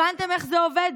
הבנתם איך זה עובד?